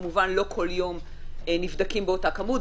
כמובן לא בכל יום נבדקים באותה כמות,